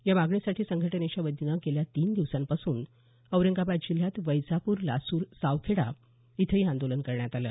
या मागणीसाठी संघटनेच्या वतीनं गेल्या तीन दिवसांपासून औरंगाबाद जिल्ह्यात वैजापूर लासूर सावखेडा इथंही आंदोलन करण्यात आलं